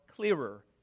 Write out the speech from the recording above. Clearer